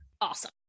awesome